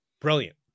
brilliant